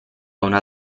una